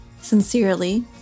Sincerely